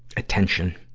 attention.